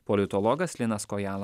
politologas linas kojala